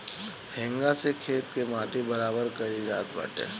हेंगा से खेत के माटी बराबर कईल जात बाटे